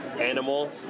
Animal